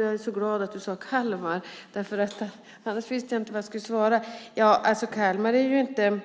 Jag är så glad att du sade Kalmar, för annars visste jag inte vad jag skulle svara. Kalmar är ju inte